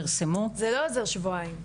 פרסמו --- זה לא עוזר שבועיים.